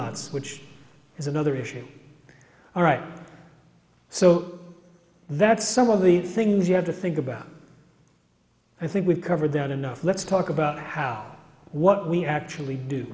ts which is another issue all right so that's some of the things you have to think about i think we've covered that enough let's talk about how what we actually do